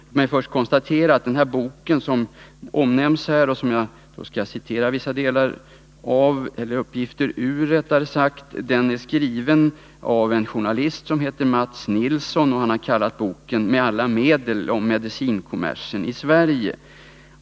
Låt mig först säga att den bok som omnämns i artikeln och som jag skall återge vissa uppgifter ur är skriven av en journalist som heter Mats Nilsson. Han har kallat boken ”Med alla medel —- om medicinkommersen i Sverige”.